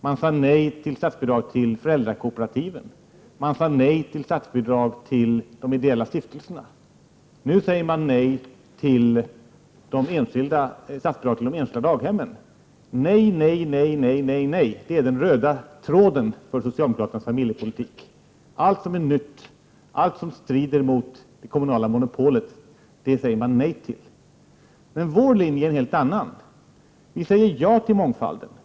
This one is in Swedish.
Man sade nej till statsbidrag till föräldrakooperativ och man sade nej till statsbidrag till de ideella stiftelserna. Nu säger man nej till statsbidrag till enskilda daghem. Nej, nej, nej — det är den röda tråden när det gäller socialdemokraternas familjepolitik. Allt som är nytt och allt som står i strid med det kommunala monopolet säger man nej till. Vårlinje är en helt annan. Vi säger nämligen ja till mångfald.